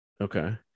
Okay